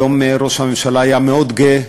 היום ראש הממשלה היה מאוד גאה,